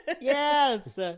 Yes